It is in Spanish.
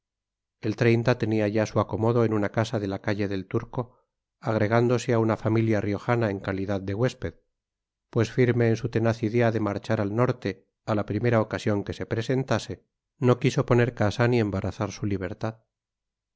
el tenía ya su acomodo en una casa de la calle del turco agregándose a una familia riojana en calidad de huésped pues firme en su tenaz idea de marchar al norte a la primera ocasión que se presentase no quiso poner casa ni embarazar su libertad